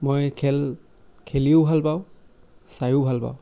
মই খেল খেলিও ভাল পাওঁ চাইয়ো ভাল পাওঁ